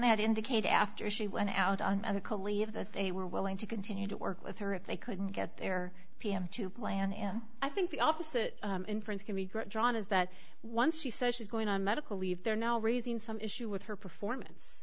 that indicate after she went out on medical leave that they were willing to continue to work with her if they couldn't get their pm to plan and i think the opposite inference can be drawn is that once she says she's going on medical leave there now raising some issue with her performance